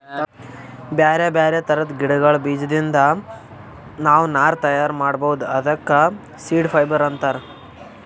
ಬ್ಯಾರೆ ಬ್ಯಾರೆ ಥರದ್ ಗಿಡಗಳ್ ಬೀಜದಿಂದ್ ನಾವ್ ನಾರ್ ತಯಾರ್ ಮಾಡ್ಬಹುದ್ ಅದಕ್ಕ ಸೀಡ್ ಫೈಬರ್ ಅಂತಾರ್